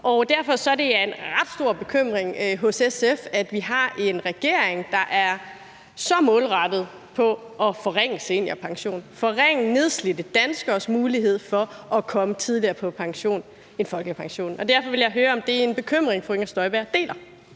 Det er en ret stor bekymring hos SF, at vi har en regering, der går så målrettet efter at forringe seniorpensionen, forringe nedslidte danskeres mulighed for at komme tidligere på pension end folkepensionen. Derfor vil jeg høre, om det er en bekymring, fru Inger Støjberg